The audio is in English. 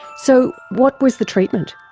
so what was the treatment?